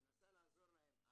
מנסה לעזור להם,